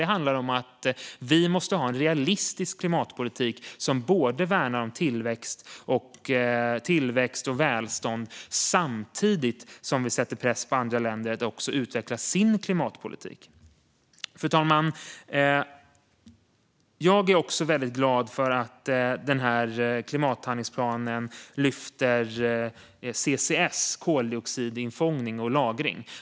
Det handlar om att vi måste ha en realistisk klimatpolitik som värnar tillväxt och välstånd samtidigt som vi sätter press på andra länder att också utveckla sin klimatpolitik. Fru talman! Jag är väldigt glad för att denna klimathandlingsplan lyfter fram CCS, koldioxidinfångning och lagring.